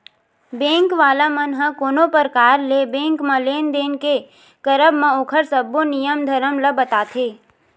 bank वाला मन ह कोनो परकार ले बेंक म लेन देन के करब म ओखर सब्बो नियम धरम ल बताथे